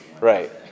Right